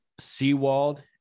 Seawald